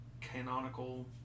canonical